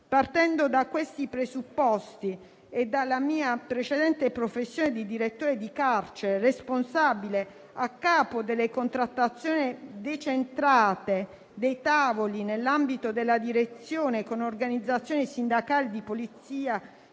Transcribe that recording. Partendo da questi presupposti e dalla mia precedente professione di direttore di carcere, responsabile capo delle contrattazioni decentrate dei tavoli nell'ambito della direzione con organizzazioni sindacali di polizia